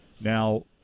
now